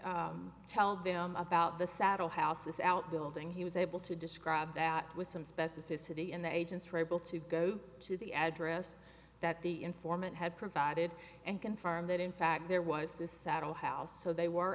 and tell them about the saddle houses out building he was able to describe that with some specificity and the agents were able to go to the address that the informant had provided and confirm that in fact there was this saddle house so they were